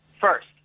First